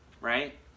right